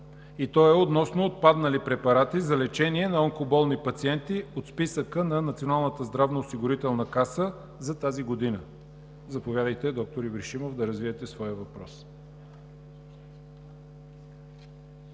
и той е относно отпадналите препарати за лечение на онкоболни пациенти от списъка на Националната здравноосигурителна каса за тази година. Заповядайте, д-р Ибришимов, да развиете своя въпрос.